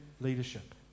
leadership